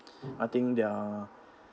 I think they are